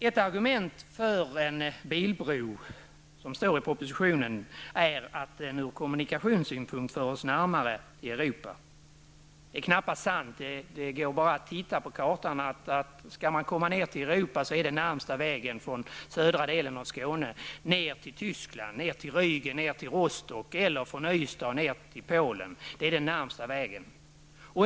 Enligt propositionen är ett argument för en bilbro att den ur kommunikationssynpunkt för oss närmare Europa. Det är knappast sant. Det är bara att titta på kartan och konstatera att om man skall komma ned till Europa, är den närmaste vägen att åka från södra delen av Skåne ner till Tyskland, till Rügen och Rostock, eller att åka från Ystad ner till Polen. Det är den närmaste vägen.